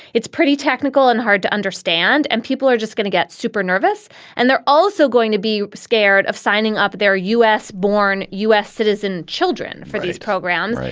it's pretty technical and hard to understand. and people are just going to get super nervous and they're also going to be scared of signing up their u s. born u s. citizen children for these programs.